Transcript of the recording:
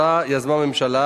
שיזמה הממשלה,